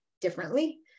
differently